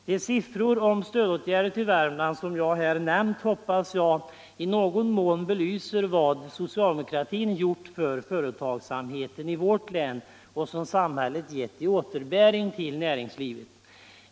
| De siffror om stödåtgärder till Värmland som jag här nämnt hoppas jag emellertid i någon mån belyser vad socialdemokratin gjort för företagsamheten i vårt län och som samhället gett i återbäring till näringslivet.